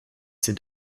sind